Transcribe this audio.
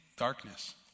darkness